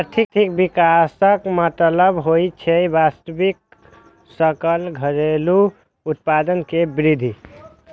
आर्थिक विकासक मतलब होइ छै वास्तविक सकल घरेलू उत्पाद मे वृद्धि